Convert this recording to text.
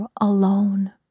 alone